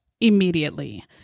immediately